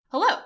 Hello